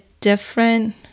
different